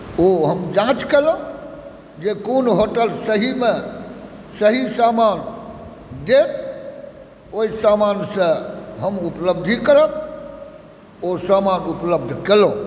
ओ हम जाँच केलहुँ जे कोन होटल सहीमे सही समान देत ओहि समानसँ हम उपलब्धि करब ओ समान उपलब्ध केलहुँ